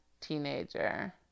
teenager